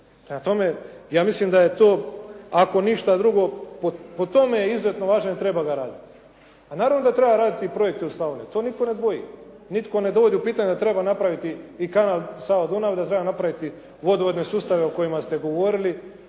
ja mislim da je to ako ništa drugo po tome je izuzetno važno i treba ga raditi. A naravno da treba raditi projekte u Slavoniji. To nitko ne dvoji. Nitko ne dovodi u pitanje da treba napraviti kanal Sava-Dunav, da treba napraviti vodovodne sustave o kojima ste govorili.